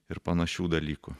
ir panašių dalykų